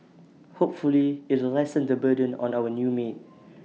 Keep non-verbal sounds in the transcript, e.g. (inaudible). hopefully it'll lessen the burden on our new maid (noise)